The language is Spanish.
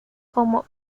como